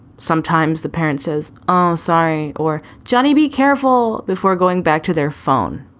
sometimes the parent says, oh, sorry. or johnny, be careful. before going back to their phone,